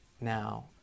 now